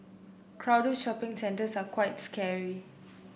crowded shopping centres are quite scary